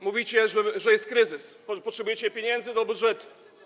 Mówicie, że jest kryzys, potrzebujecie pieniędzy do budżetu.